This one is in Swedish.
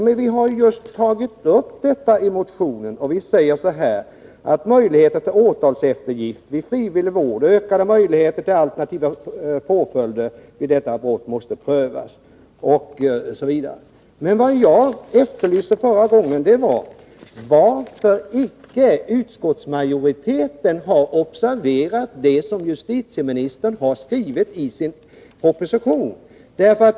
Men vi har ju tagit upp just detta i motionen, där vi anför att möjligheter till åtalseftergift vid frivillig vård och ökade möjligheter till alternativa påföljder vid detta brott måste prövas, osv. Vad jag efterlyste i mitt förra anförande var besked om varför inte utskottsmajoriteten har observerat det som justitieministern har skrivit i sin proposition.